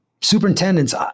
superintendents